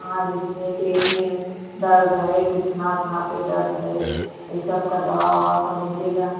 हाँ दीदी मेरे पेट में दर्द है गुठने उठने पर दर्द है यह सब की दवा उवा सब मिलेगी